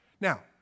Now